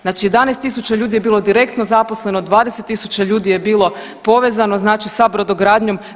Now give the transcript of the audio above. Znači 11.000 ljudi je bilo direktno zaposleno, 20.000 ljudi je bilo povezano znači sa brodogradnjom.